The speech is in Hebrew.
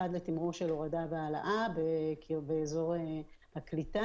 אחד לתמרור של הורדה והעלאה באזור הקליטה